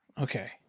Okay